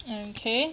um K